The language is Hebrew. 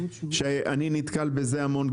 שאני נתקל בזה המון.